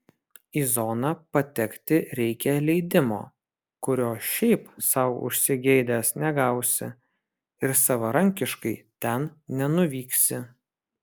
į zoną patekti reikia leidimo kurio šiaip sau užsigeidęs negausi ir savarankiškai ten nenuvyksi